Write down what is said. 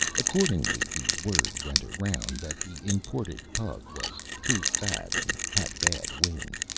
accordingly the word went around that the imported pug was too fat and had bad wind.